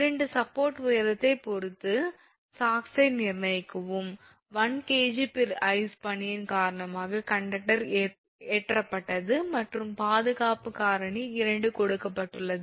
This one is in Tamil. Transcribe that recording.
இரண்டு சப்போர்ட் உயரத்தைப் பொறுத்து சாக்ஸை நிர்ணயிக்கவும் 1 𝐾𝑔ice பனியின் காரணமாக கண்டக்டர் ஏற்றப்பட்டது மற்றும் பாதுகாப்பு காரணி 2 கொடுக்கப்பட்டுள்ளது